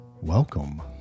welcome